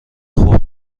خرد